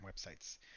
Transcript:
websites